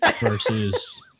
versus